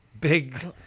big